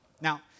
Now